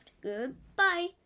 goodbye